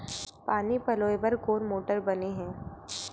पानी पलोय बर कोन मोटर बने हे?